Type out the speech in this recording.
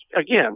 again